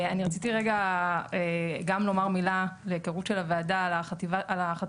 אני רציתי רגע גם לומר מילה להיכרות של הוועדה על החטיבה